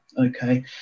Okay